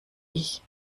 ich